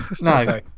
no